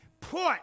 put